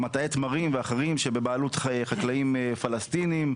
ומטעי תמרים ואחרים שבבעלות חקלאים פלסטינים,